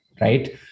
right